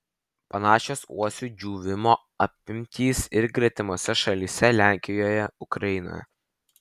panašios uosių džiūvimo apimtys ir gretimose šalyse lenkijoje ukrainoje